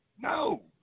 No